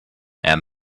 and